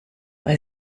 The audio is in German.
bei